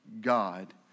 God